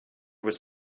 was